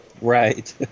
Right